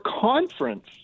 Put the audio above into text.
conference